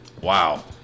wow